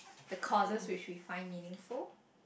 the causes which we find meaning for